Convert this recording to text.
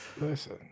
Listen